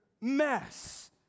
mess